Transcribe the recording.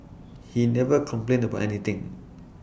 he never complained about anything